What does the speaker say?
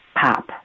pop